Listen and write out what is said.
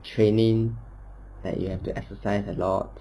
training that you have to exercise a lot